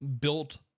built